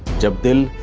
dumped in